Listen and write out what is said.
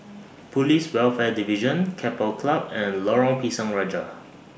Police Welfare Division Keppel Club and Lorong Pisang Raja